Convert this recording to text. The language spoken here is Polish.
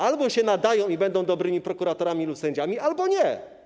Albo się nadają i będą dobrymi prokuratorami lub sędziami, albo nie.